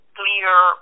clear